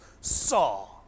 saw